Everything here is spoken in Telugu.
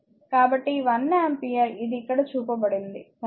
కాబట్టి ఈ i 1 ఆంపియర్ ఇది ఇక్కడ చూపబడింది సరే